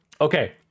Okay